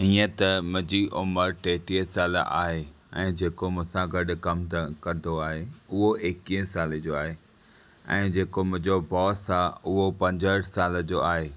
इएं त मुंहिंजी उमर टेटीह साल आहे ऐं जेको मूंसां गॾु कमु कंदो आहे उहो एकवीहें साले जो आहे ऐं जेको मुंहिंजो बॉस आहे उहो पंजहठि साल जो आहे